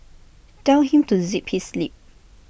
tell him to zip his lip